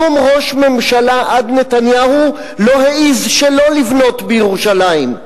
שום ראש ממשלה עד נתניהו לא העז שלא לבנות בירושלים.